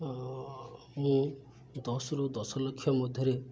ମୁଁ ଦଶରୁ ଦଶ ଲକ୍ଷ ମଧ୍ୟରେ